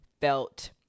felt